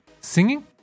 Singing